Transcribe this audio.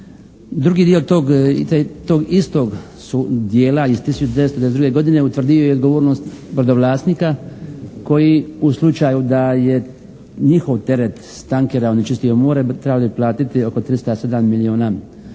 Drugi dio tog istog dijela iz 1992. godine utvrdio je odgovornost brodovlasnika koji u slučaju da je njihov teret s tankera onečistio more bi trebali platiti oko 307 milijuna dolara